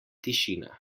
tišina